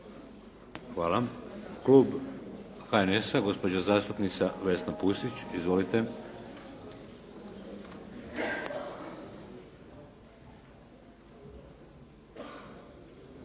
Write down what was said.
Hvala. Klub HNS-a, gospođa zastupnica Vesna Pusić. Izvolite.